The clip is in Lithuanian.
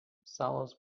salos